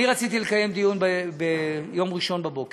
אני רציתי לקיים דיון ביום ראשון בבוקר.